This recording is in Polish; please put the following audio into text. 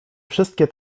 wszystkie